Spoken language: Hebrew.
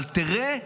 אבל תראה,